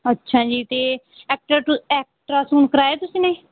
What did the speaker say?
ਅੱਛਾ ਜੀ ਅਤੇ ਅਟਰਾ ਟੂ ਅਕਟਰਾਸਾਊਂਡ ਕਰਵਾਇਆ ਤੁਸੀਂ ਨੇ